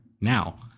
now